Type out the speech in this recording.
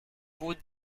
would